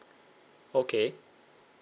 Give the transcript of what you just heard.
okay